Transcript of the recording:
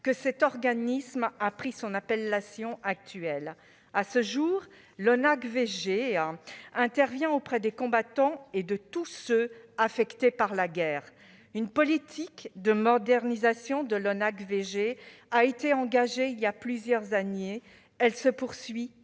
que cet organisme a pris son appellation actuelle. À ce jour, l'ONACVG intervient auprès des combattants et de tous ceux affectés par la guerre. Une politique de modernisation de l'ONACVG a été engagée il y a plusieurs années, elle se poursuit